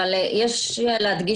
וייאמר גם לפרוטוקול,